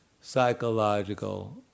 psychological